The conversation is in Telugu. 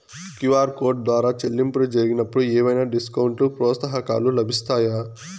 క్యు.ఆర్ కోడ్ ద్వారా చెల్లింపులు జరిగినప్పుడు ఏవైనా డిస్కౌంట్ లు, ప్రోత్సాహకాలు లభిస్తాయా?